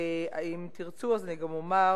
אם תרצו גם אומר